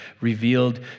revealed